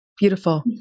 Beautiful